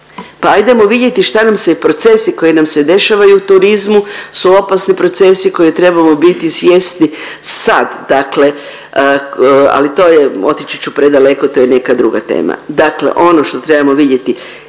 Pa ajdemo vidjeti šta nam se procesi koji nam se dešavaju u turizmu su opasni procesi koje trebamo biti svjesni sad dakle ali to je otići ću predaleko, to je neka druga tema. Dakle ono što trebamo vidjeti